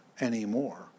anymore